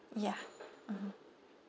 ya mmhmm